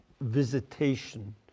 visitation